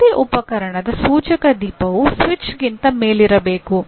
ಯಾವುದೇ ಉಪಕರಣದ ಸೂಚಕ ದೀಪವು ಸ್ವಿಚ್ಗಿಂತ ಮೇಲಿರಬೇಕು